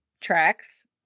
tracks